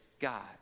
God